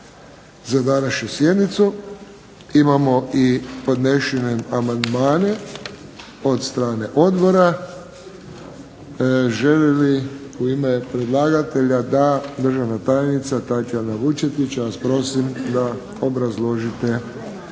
za današnju sjednicu. Imamo i podnesene amandmane od strane odbora. Želi li u ime predlagatelja? Da. Državna tajnica Tatijana Vučetić, ja vas prosim da obrazložite ovu